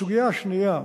הסוגיה השנייה,